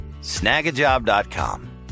Snagajob.com